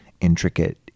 intricate